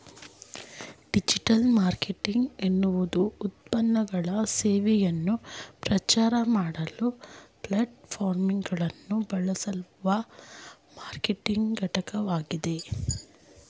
digital marketing ಎನ್ನುವುದುಉತ್ಪನ್ನಗಳು ಸೇವೆಯನ್ನು ಪ್ರಚಾರಮಾಡಲು ಪ್ಲಾಟ್ಫಾರ್ಮ್ಗಳನ್ನುಬಳಸುವಮಾರ್ಕೆಟಿಂಗ್ಘಟಕವಾಗಿದೆ